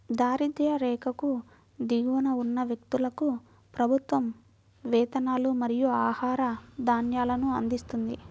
దారిద్య్ర రేఖకు దిగువన ఉన్న వ్యక్తులకు ప్రభుత్వం వేతనాలు మరియు ఆహార ధాన్యాలను అందిస్తుంది